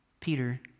Peter